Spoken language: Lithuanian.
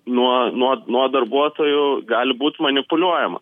nuo nuo nuo darbuotojų gali būt manipuliuojama